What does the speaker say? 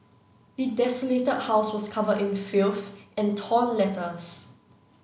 the desolated house was covered in filth and torn letters